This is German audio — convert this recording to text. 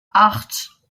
acht